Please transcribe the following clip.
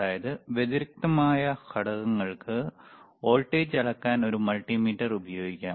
അതായത് വ്യതിരിക്തമായ ഘടകങ്ങൾക്ക് വോൾട്ടേജ് അളക്കാൻ ഒരു മൾട്ടിമീറ്റർ ഉപയോഗിക്കാം